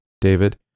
David